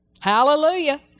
Hallelujah